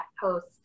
Post